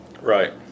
Right